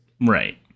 Right